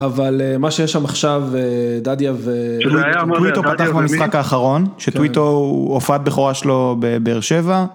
אבל מה שיש שם עכשיו, דדיאב... שטוויטו פתח ממשחק האחרון, שטוויטו הופעת בכורה שלו בבאר שבע.